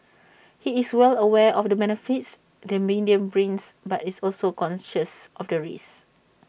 he is well aware of the benefits the medium brings but is also conscious of the risks